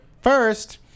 First